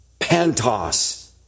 PANTOS